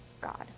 God